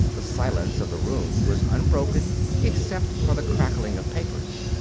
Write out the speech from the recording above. the silence of the room was unbroken except for the crackling of papers.